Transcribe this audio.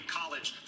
college